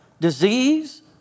disease